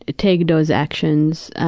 ah take those actions,